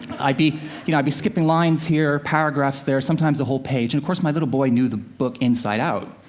i'd be you know, i'd be skipping lines here, paragraphs there, sometimes a whole page, and of course, my little boy knew the book inside out,